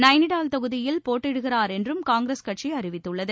நயனிடால் தொகுதியிலிருந்தபோட்டியிடுகிறார் என்றும் காங்கிரஸ் கட்சிஅறிவித்துள்ளது